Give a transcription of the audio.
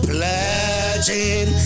Pledging